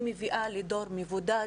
הם מביאים לדור מבודד,